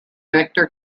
victor